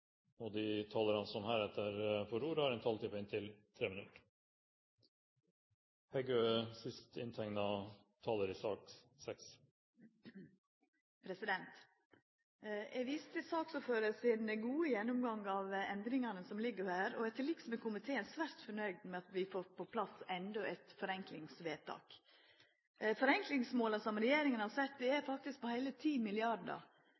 Norge. De talere som heretter får ordet, har en taletid på inntil 3 minutter. Eg viser til saksordføraren sin gode gjennomgang av endringane som ligg ved her, og er til liks med komiteen svært fornøgd med at vi får på plass endå eit forenklingsvedtak. Forenklingsmåla som regjeringa har sett, er